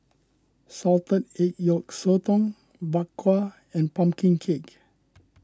Salted Egg Yolk Sotong Bak Kwa and Pumpkin Cake